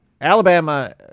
Alabama